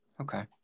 Okay